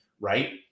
right